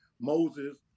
Moses